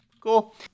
Cool